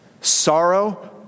sorrow